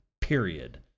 period